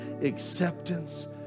acceptance